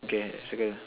okay circle